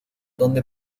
donde